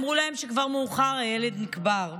אמרו להם שכבר מאוחר, הילד נקבר.